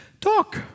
Talk